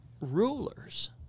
rulers